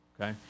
Okay